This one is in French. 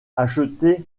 achetez